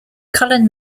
cullen